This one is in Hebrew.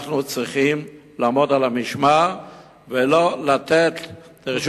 אנחנו צריכים לעמוד על המשמר ולא לתת לרשות